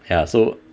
ya so